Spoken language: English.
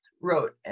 wrote